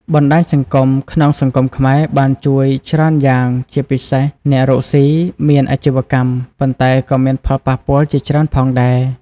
បណ្ដាញសង្គមក្នុងសង្គមខ្មែរ បានជួយច្រើនយ៉ាងជាពិសេសអ្នករកស៊ី មានអាជីវកម្ម ប៉ុន្តែក៏មានផលប៉ះពាល់ជាច្រើនផងដែរ។